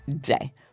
day